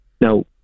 Now